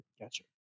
Gotcha